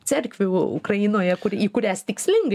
cerkvių ukrainoje kur į kurias tikslingai